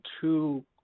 two